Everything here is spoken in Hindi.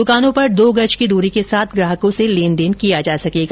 दुकानों पर दो गज की दूरी के साथ ग्राहकों से लेन देन किया जा सकेगा